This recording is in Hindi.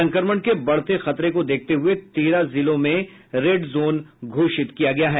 संक्रमण के बढ़ते खतरे को देखते हुये तेरह जिलों में रेड जोन घोषित किया गया है